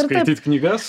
skaityt knygas